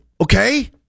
okay